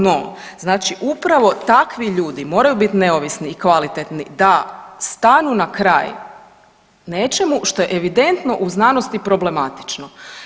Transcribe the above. No, znači upravo takvi ljudi moraju bit neovisni i kvalitetni da stanu na kraj nečemu što je evidentno u znanosti problematično.